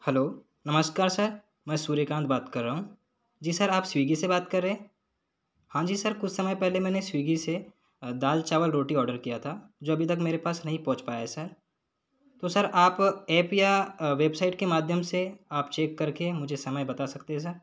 hello नमस्कार sir मैं सूर्यकांत बात कर रहा हूँ जी सर आप स्विग्गी से बात कर रहे हैं हाँ जी सर कुछ समय पहले मैंने स्विग्गी से दाल चावल रोटी ऑर्डर किया था जो अभी तक मेरे पास नहीं पहुँच पाया है सर तो सर आप ऐप या वेबसाइट के माध्यम से आप चेक करके मुझे समय बता सकते हैं सर